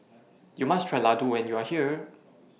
YOU must Try Ladoo when YOU Are here